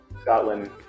Scotland